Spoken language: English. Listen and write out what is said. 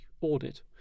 audit